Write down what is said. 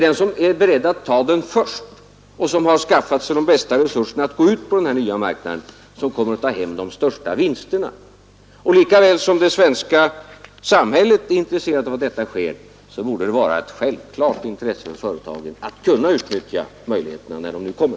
Den som först är beredd att ta chansen och som har skaffat de bästa resurserna att gå ut på den nya marknaden kommer att ta hem de största vinsterna. Lika väl som det svenska samhället är intresserat av detta borde det vara ett självklart intresse för företagen att utnyttja möjligheterna när de nu kommer.